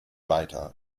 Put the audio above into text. weiter